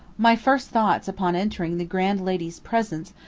my first thoughts upon entering the grand lady's presence,